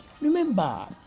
Remember